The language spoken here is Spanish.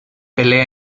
pelea